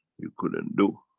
you couldn't do.